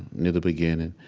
near the beginning,